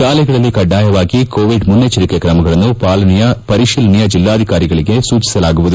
ಶಾಲೆಗಳಲ್ಲಿ ಕಡ್ಡಾಯವಾಗಿ ಕೋವಿಡ್ ಮುನ್ನಚ್ನರಿಕೆ ಕ್ರಮಗಳನ್ನು ಪಾಲನೆಯ ಪರಿತೀಲನೆಗೆ ಜಿಲ್ಲಾಧಿಕಾರಿಗಳಿಗೆ ಸೂಚಿಸಲಾಗುವುದು